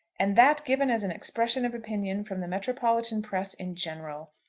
and that given as an expression of opinion from the metropolitan press in general!